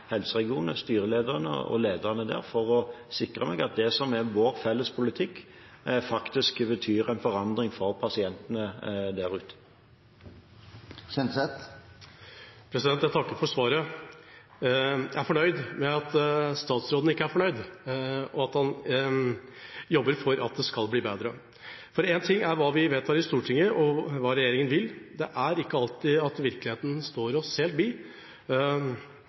helseregionene, styrelederne og lederne der – for å sikre meg at det som er vår felles politikk, faktisk betyr en forandring for pasientene der ute. Jeg takker for svaret. Jeg er fornøyd med at statsråden ikke er fornøyd, og at han jobber for at det skal bli bedre. Én ting er hva vi vedtar i Stortinget og hva regjeringa vil. Det er ikke alltid at virkeligheten står oss